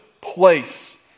place